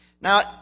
Now